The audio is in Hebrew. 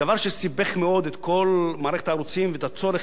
דבר שסיבך מאוד את כל מערכת הערוצים ואת הצורך,